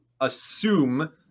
assume